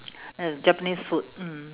japanese food mm